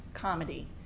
comedy